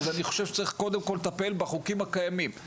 אז אני חושב שצריך קודם כל לטפל בחוקים הקיימים.